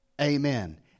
Amen